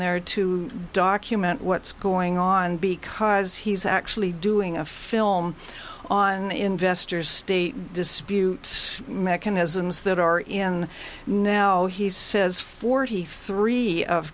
there to document what's going on because he's actually doing a film on investors state dispute mechanisms that are in now he says forty three of